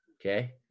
okay